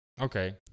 Okay